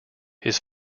his